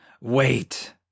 wait